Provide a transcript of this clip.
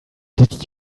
did